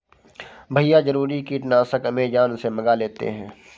भैया जरूरी कीटनाशक अमेजॉन से मंगा लेते हैं